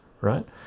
right